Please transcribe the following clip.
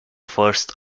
first